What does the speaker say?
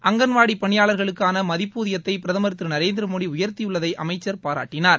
அங்கன்வாடி பணியாளர்களுக்கான மதிப்பூதியத்தை பிரதமர் திரு நரேந்திரமோடி உயர்த்தியுள்ளதை அமைச்சர் பாராட்டினார்